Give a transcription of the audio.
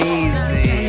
easy